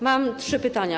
Mam trzy pytania.